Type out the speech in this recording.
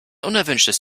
unerwünschtes